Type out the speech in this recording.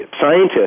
scientists